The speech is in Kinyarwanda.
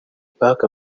pac